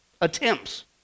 Attempts